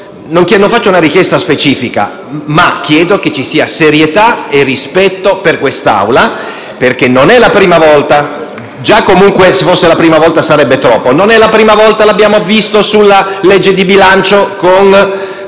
Non avanzo una richiesta specifica, ma chiedo che vi sia serietà e rispetto per quest'Assemblea, perché non è la prima volta. Già se fosse la prima volta sarebbe troppo, ma non è la prima volta: l'abbiamo visto sulla legge di bilancio, con